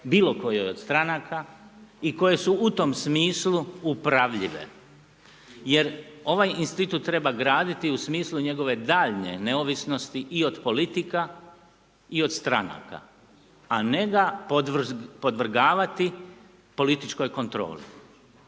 bilo kojoj od stranaka i koje su u tom smislu upravljive. Jer ovaj institut treba graditi u smislu njegove daljnje neovisnosti i od politika i od stranaka a ne ga podvrgavati političkoj kontroli.